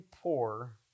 poor